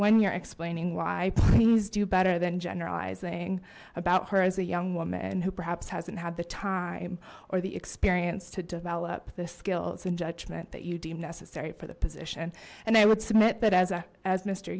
when you're explaining why please do better than generalizing about her as a young woman and who perhaps hasn't had the time or the experience to develop the skills and judgment that you deem necessary for the position and i would submit that as a as m